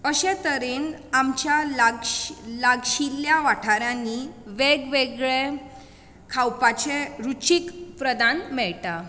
अशें तरेन आमच्या लागशील लागशिल्ल्या वाठारांनी वेग वेगळे खावपाचे रुचीक पदार्थ मेळटात